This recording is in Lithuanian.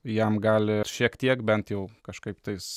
jam gali šiek tiek bent jau kažkaip tais